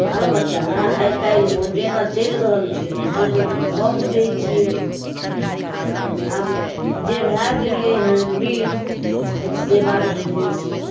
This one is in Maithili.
बाल बच्चा आइकाल्हिमे जेना चलि रहल छै से तऽ सब बुझै छिए आब आब जे भऽ गेलिए हँ वृद्ध ओ तऽ से बात बुझै छी